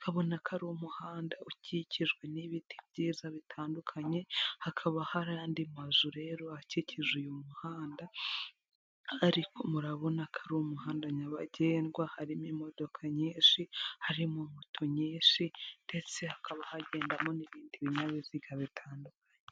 Murabona ko ari umuhanda ukikijwe n'ibindi byiza bitandukanye, hakaba hari andi mazu rero akikije uyu muhanda ariko murabona ko ari umuhanda nyabagendwa harimo imodoka nyinshi, harimo moto nyinshi ndetse hakaba hagendamo n'ibindi binyabiziga bitandukanye.